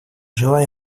желаю